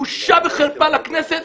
בושה וחרפה לכנסת.